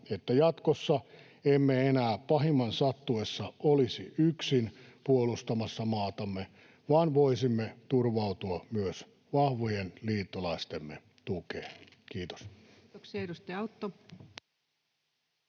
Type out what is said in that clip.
että jatkossa emme enää pahimman sattuessa olisi yksin puolustamassa maatamme vaan voisimme turvautua myös vahvojen liittolaistemme tukeen. — Kiitos. [Speech 70]